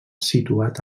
situat